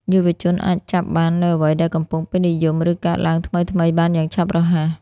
យុវជនអាចចាប់បាននូវអ្វីដែលកំពុងពេញនិយម ឬកើតឡើងថ្មីៗបានយ៉ាងឆាប់រហ័ស។